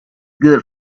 good